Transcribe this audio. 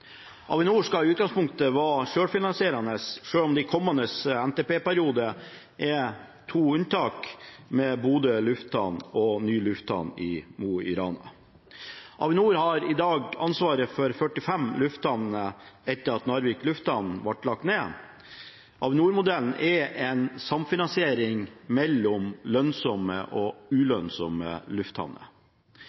Avinor skal i utgangspunktet være sjølfinansierende, sjøl om det i kommende NTP-periode er to unntak med Bodø lufthavn og ny lufthavn i Mo i Rana. Avinor har i dag ansvaret for 45 lufthavner etter at Narvik lufthavn ble lagt ned. Avinor-modellen er en samfinansiering mellom lønnsomme og ulønnsomme lufthavner.